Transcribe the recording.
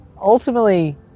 ultimately